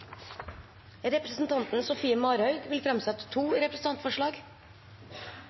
Representanten Sofie Marhaug vil framsette to representantforslag.